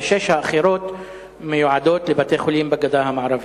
ושש האחרות מיועדות לבתי-חולים בגדה המערבית.